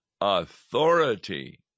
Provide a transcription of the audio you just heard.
authority